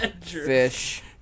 fish